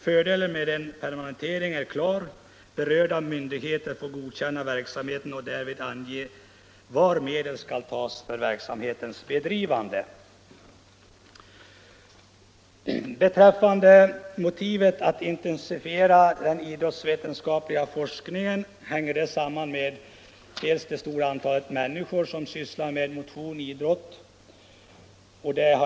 Fördelen med en sådan permanentning är klar: berörda myndigheter får godkänna verksamheten och därvid ange var medel skall tas för verksamhetens bedrivande. Motivet för att intensifiera den idrottsvetenskapliga forskningen hänger samman med det stora antal människor som sysslar med motionsidrott.